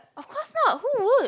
of course not who would